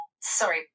Sorry